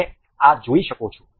તમે આ જોઈ શકો છો